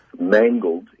mangled